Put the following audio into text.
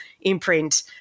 imprint